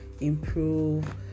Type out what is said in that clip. improve